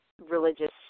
religious